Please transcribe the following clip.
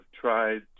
tried